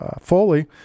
foley